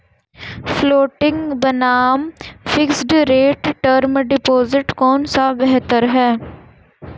Floating बनाम fixed rate term deposit कौन सा बेहतर है?